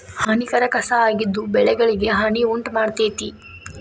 ಹಾನಿಕಾರಕ ಕಸಾ ಆಗಿದ್ದು ಬೆಳೆಗಳಿಗೆ ಹಾನಿ ಉಂಟಮಾಡ್ತತಿ